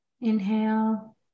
Inhale